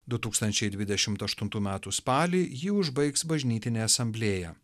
du tūkstančiai dvidešim aštuntų metų spalį jį užbaigs bažnytinė asamblėja